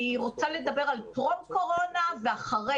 אני רוצה לדבר על טרום קורונה ואחרי